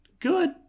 Good